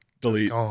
Delete